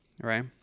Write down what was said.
right